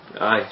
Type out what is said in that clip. Aye